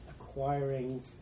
acquiring